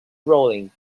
rowing